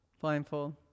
Blindfold